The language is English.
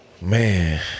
Man